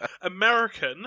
American